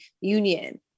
union